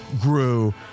grew